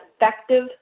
effective